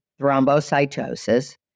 thrombocytosis